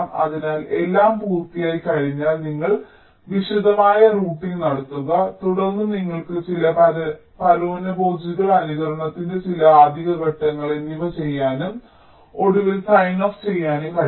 അതിനാൽ എല്ലാം പൂർത്തിയായിക്കഴിഞ്ഞാൽ നിങ്ങൾ വിശദമായ റൂട്ടിംഗ് നടത്തുക തുടർന്ന് നിങ്ങൾക്ക് ചില പരാന്നഭോജികൾ അനുകരണത്തിന്റെ ചില അധിക ഘട്ടങ്ങൾ എന്നിവ ചെയ്യാനും ഒടുവിൽ സൈൻ ഓഫ് ചെയ്യാനും കഴിയും